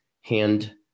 hand